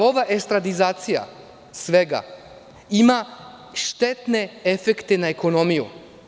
Ova estradizacija svega ima štetne efekte na ekonomiju.